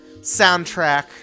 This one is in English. soundtrack